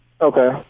Okay